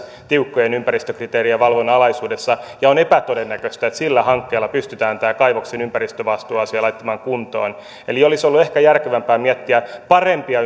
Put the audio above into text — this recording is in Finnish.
tiukkojen ympäristökriteerien ja valvonnan alaisuudessa ja on epätodennäköistä että sillä hankkeella pystytään tämä kaivoksen ympäristövastuuasia laittamaan kuntoon eli olisi ollut ehkä järkevämpää miettiä parempia